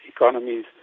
economies